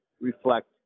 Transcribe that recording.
reflect